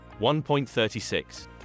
1.36